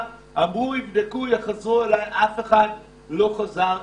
הבטיחו תשובה אף אחד לא חזר אלי.